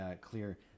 clear